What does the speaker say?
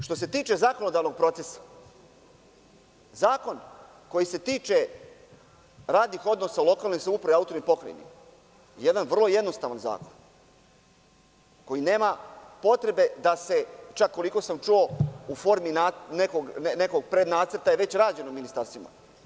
Što se tiče zakonodavnog proces, zakon koji se tiče radnih odnosa u lokalnoj samoupravi i autonomnoj pokrajini je jedan vrlo jednostavan zakon koji nema potrebe da se, čak koliko sam čuo, u formi nekog prednacrta radi, jer je već rađen u ministarstvima.